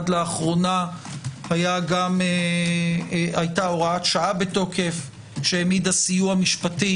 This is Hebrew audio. עד לאחרונה היתה הוראת שעה בתוקף שהעמידה סיוע משפטי